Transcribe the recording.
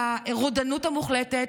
כרודנות המוחלטת,